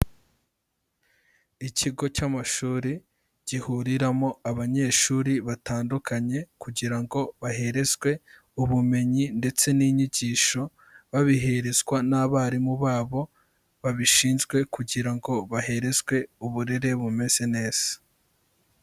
Ikigo cy'amashuri, gihuriramo abanyeshuri batandukanye kugira ngo baherezwe ubumenyi ndetse n'inyigisho, babiherezwa n'abarimu babo babishinzwe kugira ngo baherezwe uburere bumeze neza.